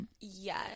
Yes